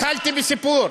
התחלתי בסיפור.